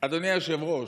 אדוני היושב-ראש,